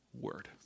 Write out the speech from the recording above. word